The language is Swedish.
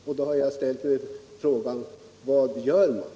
Därför har jag ställt frågan: Vad gör ni?